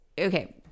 okay